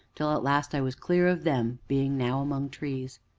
till at last i was clear of them, being now among trees.